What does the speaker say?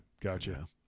gotcha